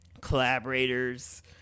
collaborators